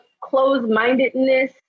closed-mindedness